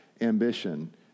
ambition